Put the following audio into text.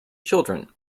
children